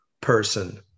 person